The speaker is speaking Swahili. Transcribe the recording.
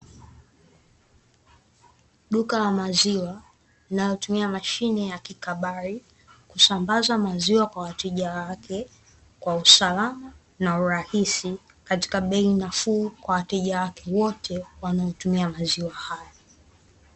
Duka la maziwa linalo tumia mashine ya kikabari, kusambaza maziwa kwa wateja wake kwa usalama na urahisi katika bei nafuu kwa wateja wake wote wanaotumia maziwa hayo